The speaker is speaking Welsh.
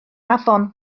afon